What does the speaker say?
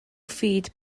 feed